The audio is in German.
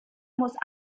muss